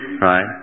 right